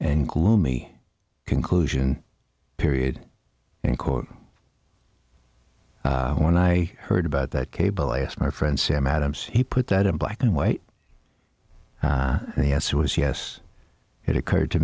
and gloomy conclusion period in court when i heard about that cable i asked my friend sam adams he put that in black and white yes it was yes it occurred to